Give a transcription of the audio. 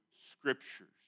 scriptures